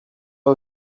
pas